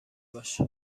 باش